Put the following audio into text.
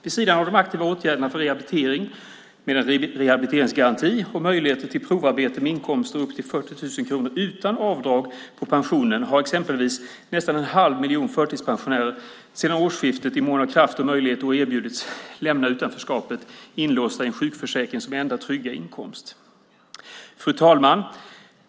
Vid sidan av de aktiva åtgärderna för rehabilitering med en rehabiliteringsgaranti och möjligheter till provarbete med inkomster på upp till 40 000 kronor utan avdrag på pensionen har exempelvis nästan en halv miljon förtidspensionärer, inlåsta i sjukförsäkring som enda trygga inkomst, sedan årsskiftet i mån av kraft och möjlighet erbjudits att lämna utanförskapet. Fru talman!